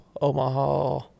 Omaha